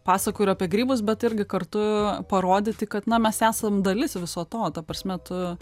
pasakoju ir apie grybus bet irgi kartu parodyti kad na mes esam dalis viso to ta prasme tu